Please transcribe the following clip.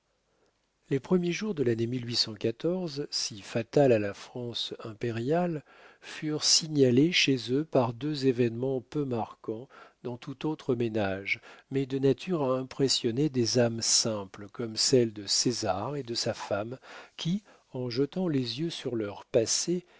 les premiers jours de lannée si fatale à la france impériale furent signalés chez eux par deux événements peu marquants dans tout autre ménage mais de nature à impressionner des âmes simples comme celles de césar et de sa femme qui en jetant les yeux sur leur passé